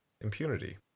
impunity